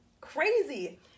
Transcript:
crazy